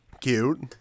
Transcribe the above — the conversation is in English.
cute